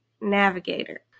navigator